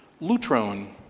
Lutron